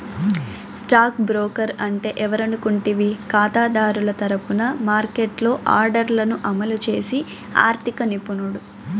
stock broker అంటే ఎవరనుకుంటివి కాతాదారుల తరపున మార్కెట్లో ఆర్డర్లను అమలు చేసి ఆర్థిక నిపుణుడు